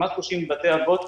כמעט 30 בתי אבות,